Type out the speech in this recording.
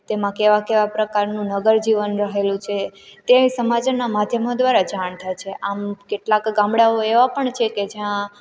તેમાં કેવા કેવા પ્રકારનું નગર જીવન રહેલું છે તે સમાચારના માધ્યમો દ્વારા જાણે છે આમ કેટલાક ગામડાઓ એવા પણ છે જ્યાં